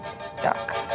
stuck